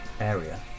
area